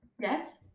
yes